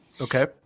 Okay